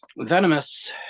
Venomous